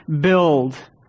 build